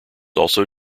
also